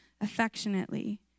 affectionately